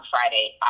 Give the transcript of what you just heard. Friday